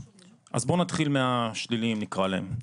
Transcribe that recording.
אז בוא נתחיל מהשליליים נקרא להם,